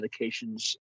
medications